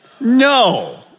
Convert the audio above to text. No